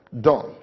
done